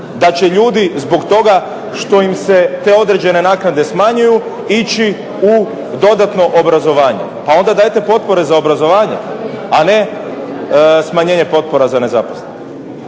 da će ljudi zbog toga što im se te određene naknade smanjuju ići u dodatno obrazovanje. Pa onda dajte potpore za obrazovanje, a ne smanjenje potpora za nezaposlene.